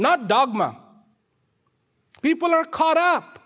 not dogma people are caught up